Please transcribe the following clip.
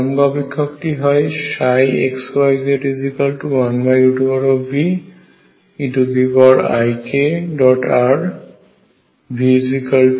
তরঙ্গ অপেক্ষক টি হয় xyz1Veik r VL3